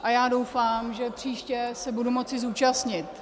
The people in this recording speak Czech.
A já doufám, že příště se budu moci zúčastnit.